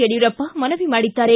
ಯಡಿಯೂರಪ್ಪ ಮನವಿ ಮಾಡಿದ್ದಾರೆ